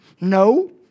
no